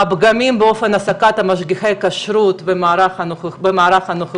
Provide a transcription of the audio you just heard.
הפגמים באופן העסקת משגיחי הכשרות במערך הנוכחי,